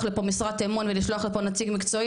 לפה משרת אמון ולשלוח לפה נציג מקצועי,